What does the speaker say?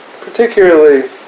particularly